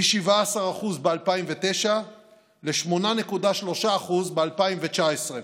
מ-17% ב-2009 ל-8.3% ב-2019.